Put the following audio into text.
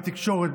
בתקשורת,